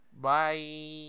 Bye